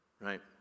right